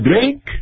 drink